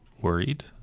worried